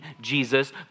Jesus